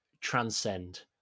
Transcend